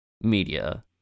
media